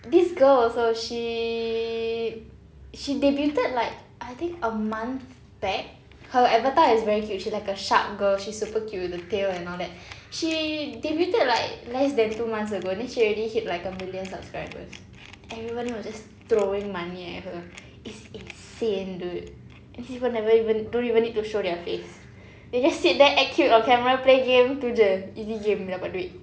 this girl also she she debuted like I think a month back her avatar is very cute she's like a shark girl she's super cute with the tail and all that she debuted like less than two months ago then she already hit like a million subscribers everyone was just throwing money at her it's insane dude and these people never even don't even need to show their face they just sit there act cute on camera play game tu jer easy game dapat duit